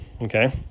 Okay